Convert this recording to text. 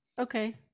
Okay